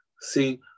See